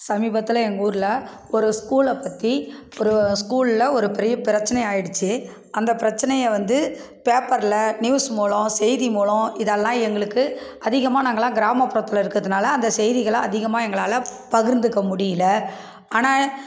சமீபத்தில் எங்கள் ஊர்ல ஒரு ஸ்கூலை பற்றி ஒரு ஸ்கூல்ல ஒரு பெரிய பிரச்சனை ஆயிடுச்சு அந்த பிரச்சனையை வந்து பேப்பர்ல நியூஸ் மூலம் செய்தி மூலம் இதெல்லாம் எங்களுக்கு அதிகமாக நாங்கெலாம் கிராமப்புறத்தில் இருக்கிறதுனால அந்த செய்திகளை அதிகமாக எங்களால் பகிர்ந்துக்க முடியல ஆனால்